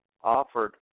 offered